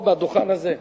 פה, לדוכן הזה.